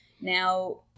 Now